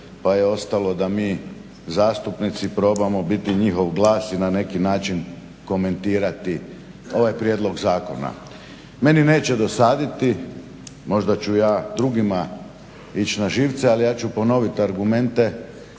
pa je ostalo da mi zastupnici probamo biti njihov glas i na neki način komentirati ovaj prijedlog zakona. Meni neće dosaditi, možda ću ja drugima ići na živce ali ja ću ponoviti argumente